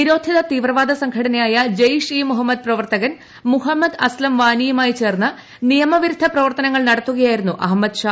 നിരോധിത തീവ്രവാദ സംഘടനയായ ജെയ്ഷ് ഇ മൊഹമ്മദ് പ്രവർത്തകൻ മുഹമ്മദ് അസ്തം വാനിയുമായി ച്ചേർന്ന് നിയമവിരുദ്ധ പ്രവർത്തനങ്ങൾ നടത്തുകയായിരുന്നു അഹമ്മദ് ഷാ